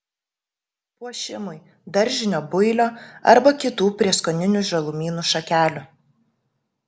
puošimui daržinio builio arba kitų prieskoninių žalumynų šakelių